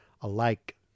alike